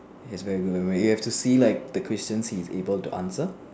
he has very good memory you have to see like the questions he is able to answer